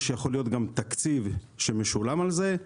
יכול להיות גם תקציב שמשולם על זה,